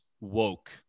woke